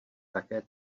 také